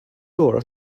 laura